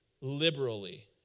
liberally